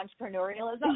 entrepreneurialism